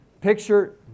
Picture